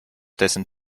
dessen